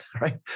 right